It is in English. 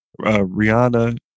Rihanna